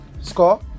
Score